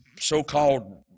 so-called